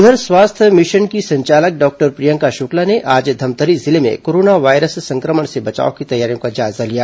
उधर स्वास्थ्य मिशन की संचालक डॉक्टर प्रियंका शक्ला ने आज धमतरी जिले में कोरोना वायरस संक्रमण से बचाव की तैयारियों का जायजा लिया